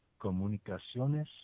Comunicaciones